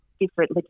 different